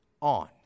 on